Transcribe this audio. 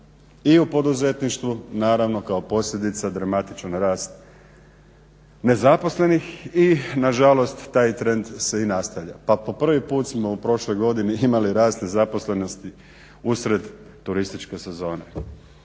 i u poduzetništvu, naravno kao posljedica dramatičan rast nezaposlenih i nažalost taj trend se i nastavlja. Pa po prvi put smo u prošloj godini imali rast nezaposlenosti usred turističke sezone.